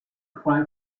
cry